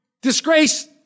disgrace